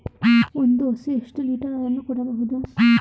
ಒಂದು ಹಸು ಎಷ್ಟು ಲೀಟರ್ ಹಾಲನ್ನು ಕೊಡಬಹುದು?